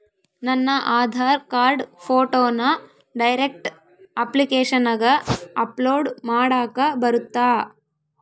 ನನ್ನ ಆಧಾರ್ ಕಾರ್ಡ್ ಫೋಟೋನ ಡೈರೆಕ್ಟ್ ಅಪ್ಲಿಕೇಶನಗ ಅಪ್ಲೋಡ್ ಮಾಡಾಕ ಬರುತ್ತಾ?